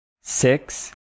six